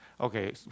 Okay